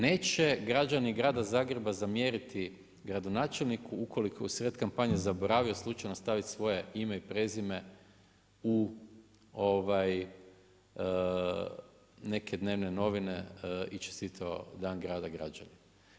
Neće građani grada Zagreba zamjeriti gradonačelniku, ukoliko u sred kampanje zaboravio slučajno staviti svoje ime i prezime u neke dnevne novine i čestitao dan grada građanima.